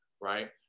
right